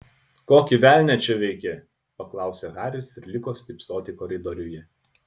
kokį velnią čia veiki paklausė haris ir liko stypsoti koridoriuje